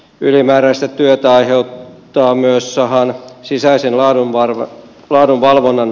ylimääräistä työtä aiheuttaa myös sahan sisäisen laadunvalvonnan toteuttaminen